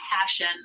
passion